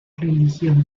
religión